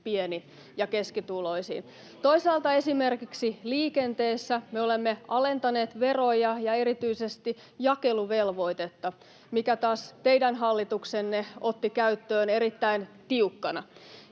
pieni- ja keskituloisiin. Toisaalta esimerkiksi liikenteessä me olemme alentaneet veroja ja erityisesti jakeluvelvoitetta, minkä taas teidän hallituksenne otti käyttöön erittäin tiukkana.